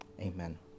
Amen